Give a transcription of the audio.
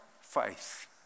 faith